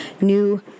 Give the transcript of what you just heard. New